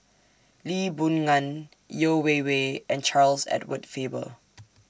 Lee Boon Ngan Yeo Wei Wei and Charles Edward Faber